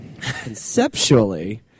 Conceptually